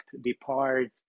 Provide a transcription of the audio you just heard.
depart